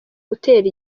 gutera